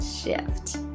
Shift